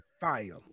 fire